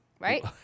Right